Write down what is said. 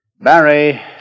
Barry